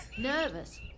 Nervous